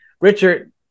richard